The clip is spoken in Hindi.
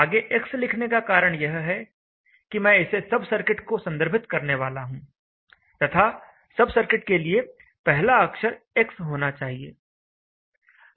आगे x लिखने का कारण यह है कि मैं इसे सब सर्किट को संदर्भित करने वाला हूँ तथा सब सर्किट के लिए पहला अक्षर x होना चाहिए